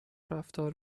رفتار